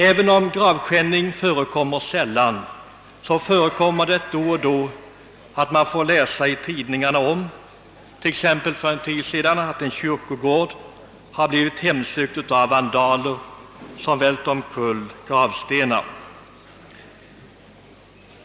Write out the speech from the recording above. Även om gravskändning förekommer sällan, så händer det då och då att man får läsa i tidningarna om att — som för en tid sedan — en kyrkogård har blivit hemsökt av vandaler som vält omkull gravstenar.